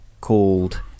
called